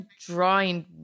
drawing